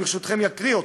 וברשותכם, אני אקריא אותה: